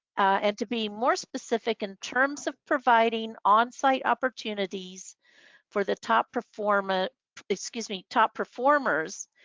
and to be more specific, in terms of providing on site opportunities for the top performer excuse me, top performers,